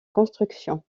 construction